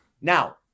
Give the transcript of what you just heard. Now